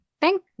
Thank